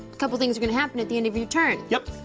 couple things are gonna happen at the end of your turn. yup.